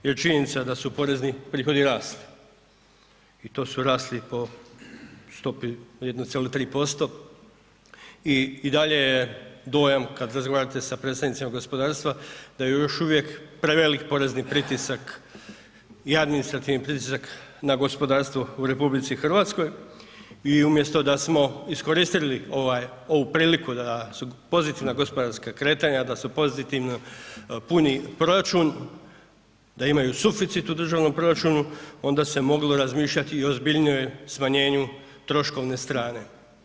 Jer činjenica je da su porezni prihodi rasli i to su rasli po stopi od 1,3% i i dalje je dojam kad razgovarate sa predstavnicima gospodarstva da je još uvijek prevelik porezni pritisak i administrativni pritisak na gospodarstvo u RH i umjesto da smo iskoristili ovu priliku da su pozitivna gospodarska kretanja, da su pozitivo puni proračun, da imaju suficit u državnom proračunu onda se moglo razmišljati i o ozbiljnijoj smanjenju troškovne strane.